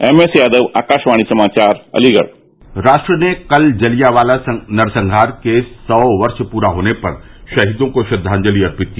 M S Yadav Akashvani समाचार अलीगढ़ राष्ट्र ने कल जलियांवाला नरसंहार के सौ वर्ष प्रे होने पर कल शहीदों को श्रद्वांजलि अर्पित किया